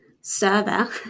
server